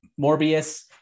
Morbius